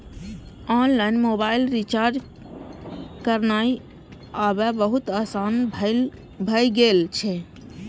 online mobile recharge करनाय आब बहुत आसान भए गेल छै